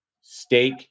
steak